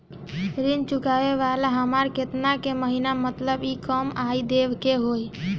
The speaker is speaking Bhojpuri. ऋण चुकावेला हमरा केतना के महीना मतलब ई.एम.आई देवे के होई?